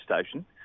station